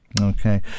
Okay